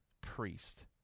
priest